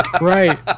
right